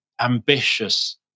ambitious